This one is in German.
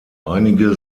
einige